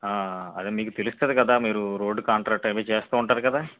అది మీకు తెలుస్తుంది కదా మీరు రోడ్డు కాంట్రాక్టర్ అవి చేస్తూ ఉంటారు కదా